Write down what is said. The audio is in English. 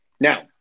Now